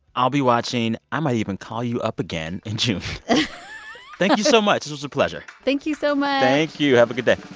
i'll be watching. i might even call you up again in june thank you so much. it was a pleasure thank you so much thank you. have a good day